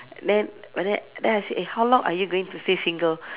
then but then then I said eh how long are you going to stay single